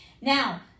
now